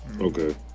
Okay